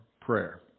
Prayer